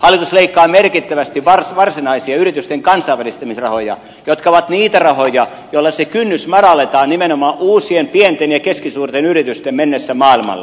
hallitus leikkaa merkittävästi varsinaisia yritysten kansainvälistymisrahoja jotka ovat niitä rahoja joilla se kynnys madalletaan nimenomaan uusien pienten ja keskisuurten yritysten mennessä maailmalle